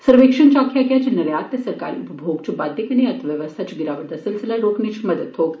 सर्वेक्षण च आक्खेआ गेआ ऐ जे निर्यात ते सरकारी उपभोग च बाद्दे कन्नै अर्थ व्यवस्था च गिरावट दा सिलसिला रोकने च मदद थ्होग